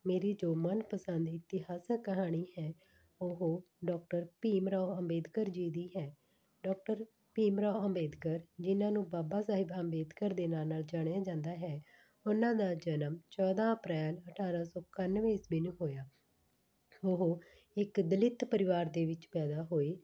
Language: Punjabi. ਮੇਰੀ ਜੋ ਮਨਪਸੰਦ ਇਤਿਹਾਸਿਕ ਕਹਾਣੀ ਹੈ ਉਹ ਡੋਕਟਰ ਭੀਮ ਰਾਓ ਅੰਬੇਦਕਰ ਜੀ ਦੀ ਹੈ ਡੋਕਟਰ ਭੀਮ ਰਾਓ ਅੰਬੇਦਕਰ ਜਿਨ੍ਹਾਂ ਨੂੰ ਬਾਬਾ ਸਾਹਿਬ ਅੰਬੇਦਕਰ ਦੇ ਨਾਂ ਨਾਲ ਜਾਣਿਆ ਜਾਂਦਾ ਹੈ ਉਹਨਾਂ ਦਾ ਜਨਮ ਚੌਦਾਂ ਅਪ੍ਰੈਲ ਅਠਾਰਾਂ ਸੌ ਇਕਾਨਵੇਂ ਈਸਵੀ ਨੂੰ ਹੋਇਆ ਉਹ ਇੱਕ ਦਲਿਤ ਪਰਿਵਾਰ ਦੇ ਵਿੱਚ ਪੈਦਾ ਹੋਏ